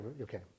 Okay